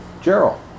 gerald